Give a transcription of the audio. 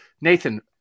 Nathan